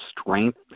strength